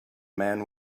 man